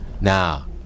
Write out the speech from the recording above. now